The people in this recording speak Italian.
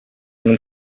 non